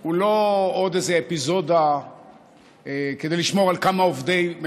הוא לא עוד איזו אפיזודה כדי לשמור על כמה "עובדי מדינה",